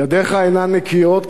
ידיך אינן נקיות,